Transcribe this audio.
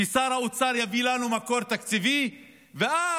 ששר האוצר יביא לנו מקור תקציבי ואז